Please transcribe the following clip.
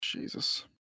Jesus